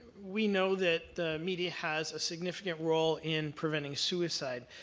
we know that the media has a significant role in preventing suicide.